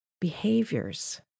behaviors